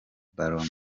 ballon